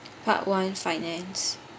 part one finance